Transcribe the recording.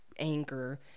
anger